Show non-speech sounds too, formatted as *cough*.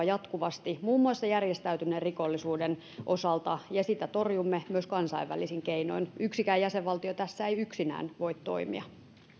*unintelligible* jatkuvasti muun muassa järjestäytyneen rikollisuuden osalta ja sitä torjumme myös kansainvälisin keinoin yksikään jäsenvaltio tässä ei voi toimia